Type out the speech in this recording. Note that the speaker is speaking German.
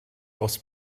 aus